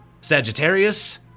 Sagittarius